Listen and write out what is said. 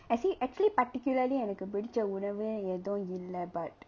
I think actually particularly எனக்கு பிடிச்ச உணவு:enaku pidicha unavu but